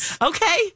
Okay